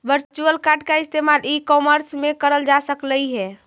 virtual card का इस्तेमाल e commerce में करल जा सकलई हे